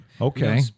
Okay